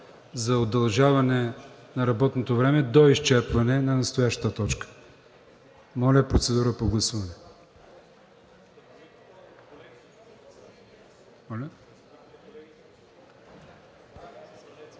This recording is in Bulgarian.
за удължаване на работното време до изчерпване на настоящата точка. Моля, процедура на гласуване.